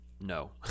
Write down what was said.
no